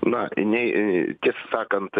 na nei į tiesą sakant